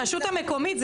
הרשות המקומית?